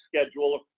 schedule